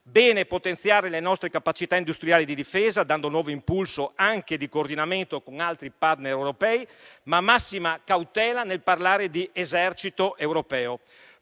potenziare le nostre capacità industriali di difesa, dando nuovo impulso anche al coordinamento con altri *partner* europei, ma occorre la massima cautela nel parlare di esercito europeo;